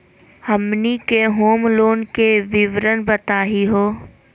हमनी के home loan के विवरण बताही हो?